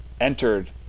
entered